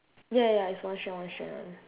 ya ya it's one strand one strand one